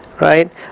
right